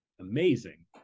amazing